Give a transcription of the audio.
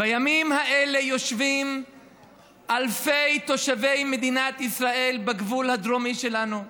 בימים האלה יושבים אלפי תושבי מדינת ישראל בגבול הדרומי שלנו וסופגים.